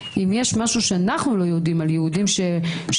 אם יש משהו שאנחנו לא יודעים על יהודים שחולצו